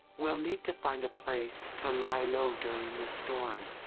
we'll need to find a place to lie low during the storm.